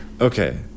Okay